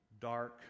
Dark